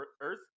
Earth